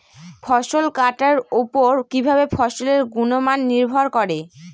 ফসল কাটার উপর কিভাবে ফসলের গুণমান নির্ভর করে?